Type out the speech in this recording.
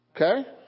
Okay